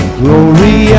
glory